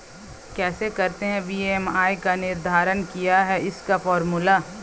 कैसे करते हैं बी.एम.आई का निर्धारण क्या है इसका फॉर्मूला?